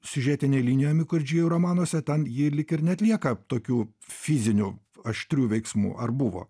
siužetinėj linijoj mikurdži romanuose ten ji lyg ir neatlieka tokių fizinių aštrių veiksmų ar buvo